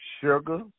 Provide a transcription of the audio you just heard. sugar